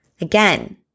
Again